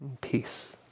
peace